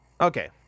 okay